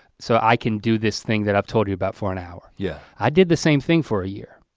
so i can do this thing that i've told you about for an hour. yeah. i did the same thing for a year.